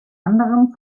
anderem